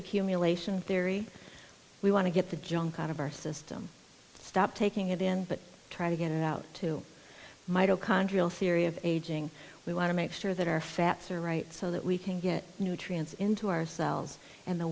accumulation very we want to get the junk out of our system stop taking it in but try to get it out to mitochondrial theory of aging we want to make sure that our fats are right so that we can get nutrients into ourselves and the